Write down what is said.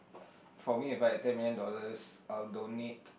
for me if I have ten million dollars I will donate